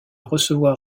recevoir